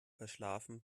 verschlafen